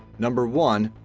number one,